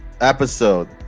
episode